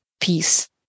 peace